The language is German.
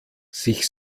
sich